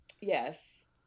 Yes